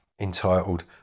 Entitled